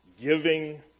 giving